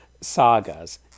sagas